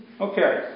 Okay